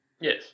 Yes